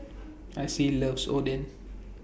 Acie loves Oden